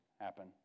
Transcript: happen